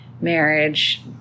marriage